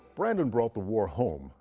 brandon brought the war home,